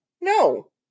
No